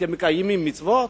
אתם מקיימים מצוות?